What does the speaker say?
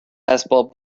اسباب